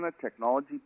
Technology